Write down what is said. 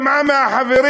היא שמעה מהחברים: